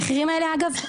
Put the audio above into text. המחירים האלה אגב,